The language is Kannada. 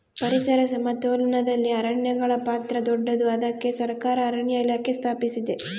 ಪರಿಸರ ಸಮತೋಲನದಲ್ಲಿ ಅರಣ್ಯಗಳ ಪಾತ್ರ ದೊಡ್ಡದು, ಅದಕ್ಕೆ ಸರಕಾರ ಅರಣ್ಯ ಇಲಾಖೆ ಸ್ಥಾಪಿಸಿದೆ